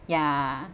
ya